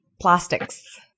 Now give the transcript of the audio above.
plastics